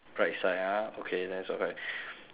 right side ah okay then so correct